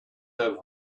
have